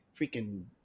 Freaking